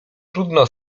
trudno